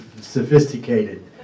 sophisticated